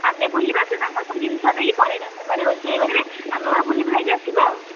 ଆମେ ବୁଲିବା ସେ ତାଙ୍କର ସବୁ ଜିନିଷ ଦେଇକି ପଳେଇବା ସେମାନେ ରୋଷେଇ କରିବେ ଆମେ ଆମର ବୁଲି ବୁଲାକି ଆସିବା ଆଉ